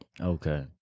Okay